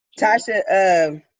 Tasha